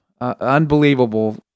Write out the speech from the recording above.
unbelievable